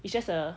it's just a